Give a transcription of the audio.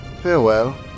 Farewell